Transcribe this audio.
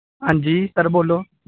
हां जी सर बोलो